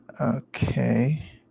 Okay